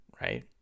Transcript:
right